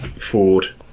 Ford